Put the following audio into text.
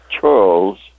Charles